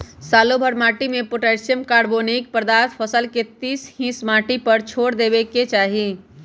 सालोभर माटिमें potassium, carbonic पदार्थ फसल के तीस हिस माटिए पर छोर देबेके चाही